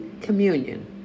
Communion